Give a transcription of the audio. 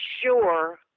sure